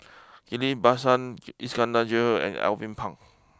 Ghillie Basan Iskandar Jalil and Alvin Pang